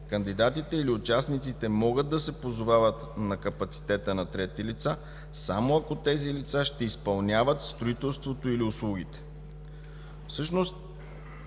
кандидатите или участниците могат да се позовават на капацитета на трети лица само ако тези лица ще изпълняват строителството или услугите”.